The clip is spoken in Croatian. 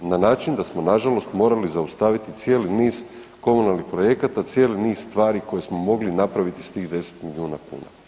Na način da smo nažalost morali zaustaviti cijeli niz komunalnih projekata, cijeli niz stvari koje smo mogli napraviti iz tih 10 milijuna kuna.